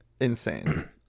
Insane